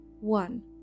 One